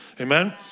Amen